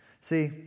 See